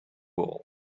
world